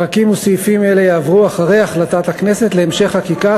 פרקים וסעיפים אלה יעברו אחרי החלטת הכנסת להמשך חקיקה